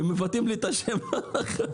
ולא כולם מבטאים את השם נכון.